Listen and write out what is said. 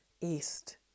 east